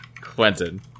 Quentin